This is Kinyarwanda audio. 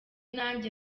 nanjye